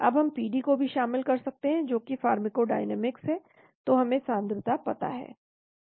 अब हम PD को भी शामिल कर सकते हैं जो कि फार्माकोडायनामिक्स है तो हमें सांद्रता पता हैं